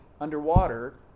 underwater